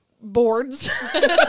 boards